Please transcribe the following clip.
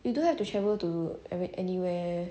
you don't have to travel to like I mean anywhere